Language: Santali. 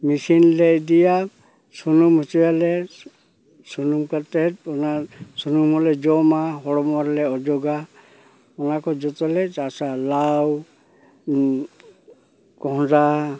ᱢᱤᱥᱤᱱ ᱞᱮ ᱤᱫᱤᱭᱟ ᱥᱩᱱᱩᱢ ᱦᱚᱪᱚᱭᱟᱞᱮ ᱥᱩᱱᱩᱢ ᱠᱟᱛᱮᱫ ᱚᱱᱟ ᱥᱩᱱᱩᱢ ᱦᱚᱸᱞᱮ ᱡᱚᱢᱟ ᱦᱚᱲᱢᱚ ᱨᱮᱞᱮ ᱚᱡᱚᱜᱟ ᱚᱱᱟ ᱠᱚ ᱡᱚᱛᱚᱞᱮ ᱪᱟᱥᱟ ᱞᱟᱣ ᱠᱚᱸᱦᱰᱟ